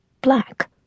black